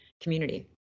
community